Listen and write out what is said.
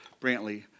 Brantley